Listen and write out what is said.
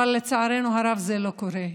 אבל לצערנו הרב, זה לא קורה.